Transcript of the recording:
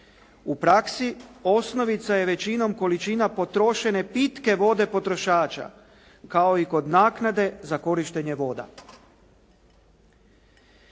U praksi, osnovica je većinom količina potrošene pitke vode potrošača, kao i kod naknade za korištenje voda.